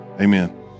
Amen